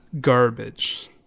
Garbage